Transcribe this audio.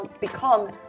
become